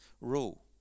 rule